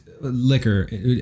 Liquor